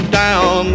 down